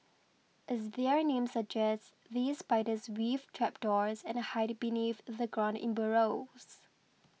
as their name suggests these spiders weave trapdoors and hide beneath the ground in burrows